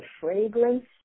fragrance